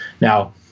now